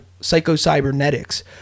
Psycho-Cybernetics